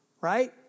right